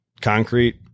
Concrete